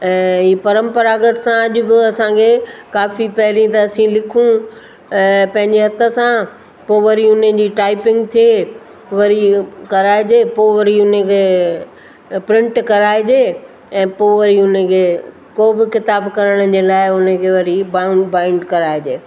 ऐं ही परम्परागत सां अॼु बि असां खे काफ़ी पहिरीं त असां लिखूं पंहिंजे हथ सां पोइ वरी उन जी टाईपिंग थिए वरी इहो कराइजे पोइ वरी उन खे प्रिंट कराइजे ऐं पोइ वरी उन खे को बि किताबु कराइण जे लाइ उन खे वरी बाईं बाईंड कराइजे